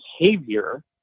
behavior